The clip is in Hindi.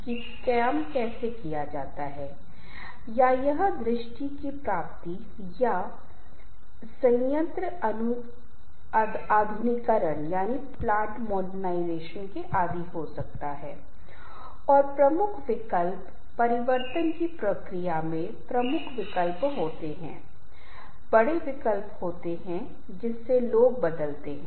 लेकिन कृपया याद रखें जब मैं कहता हूं कि इस दुनिया में कोई भी रिश्ता स्थायी नहीं है मेरा कहने का मतलब यह है कि कोई भी रिश्ता पत्नी और पति भाई बहनों पिता और बेटे मां और बेटी के बीच भी बहुत अंतरंग संबंध हो सकता है समय आ सकता है कि हमारे जीवन में ऐसी स्थिति आये कि हमें समस्या हो हम संघर्ष कर रहे हैं